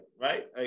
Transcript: right